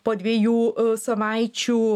po dviejų savaičių